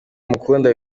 amukunda